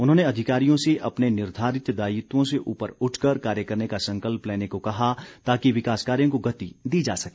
उन्होंने अधिकारियों से अपने निर्धारित दायित्वों से ऊपर उठकर कार्य करने का संकल्प लेने को कहा ताकि विकास कार्यों को गति दी जा सके